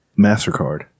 Mastercard